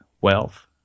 wealth